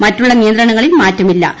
മറ്റുള്ള നിയന്ത്രണങ്ങളിൽ മാറ്റമില്ലു